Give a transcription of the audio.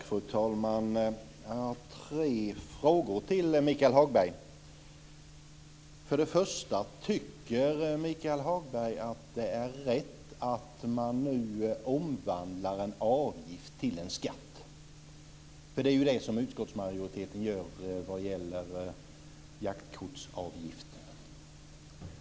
Fru talman! Jag har tre frågor till Michael Hagberg. För det första: Tycker Michael Hagberg att det är rätt att man nu omvandlar en avgift till en skatt? Det är det som utskottsmajoriteten gör vad gäller jaktkortsavgiften.